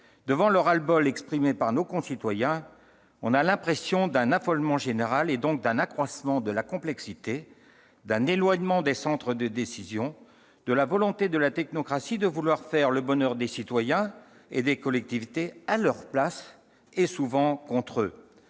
Devant le ras-le-bol exprimé par nos concitoyens, on a l'impression d'un affolement général, donc d'un accroissement de la complexité, d'un éloignement des centres de décision, d'une volonté de la technocratie de vouloir faire le bonheur des citoyens et des collectivités à leur place, souvent contre eux.